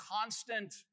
constant